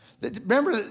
Remember